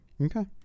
Okay